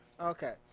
Okay